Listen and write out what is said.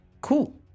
Cool